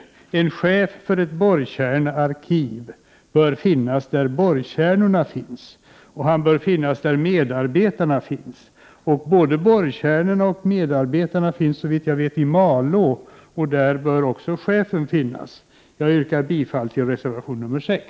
En chef för ett borrkärnearkiv bör finnas där borrkärnorna finns, och han bör finnas där medarbetarna finns. Både borrkärnorna och medarbetarna finns såvitt jag vet i Malå. Där bör också chefen finnas. Jag yrkar bifall till reservation 6.